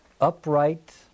upright